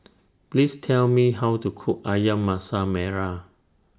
Please Tell Me How to Cook Ayam Masak Merah